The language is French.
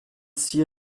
six